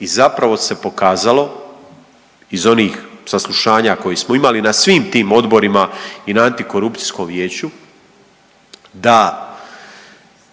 i zapravo se pokazalo iz onih saslušanja koje smo imali na svim tim odborima i na Antikorupcijskom vijeću da